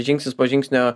žingsnis po žingsnio